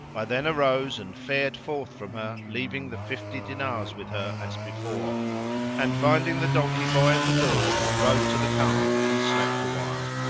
i then arose and fared forth from her leaving the fifty dinars with her as before and, finding the donkey boy at the door, rode to the khan and slept awhile.